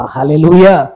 Hallelujah